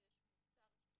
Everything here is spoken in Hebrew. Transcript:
יש מוצר,